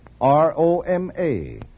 R-O-M-A